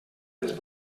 les